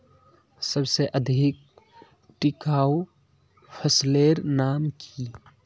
सबसे अधिक टिकाऊ फसलेर नाम की?